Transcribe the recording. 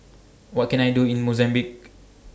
What Can I Do in Mozambique